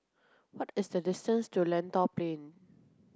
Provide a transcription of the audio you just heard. what is the distance to Lentor Plain